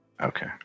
Okay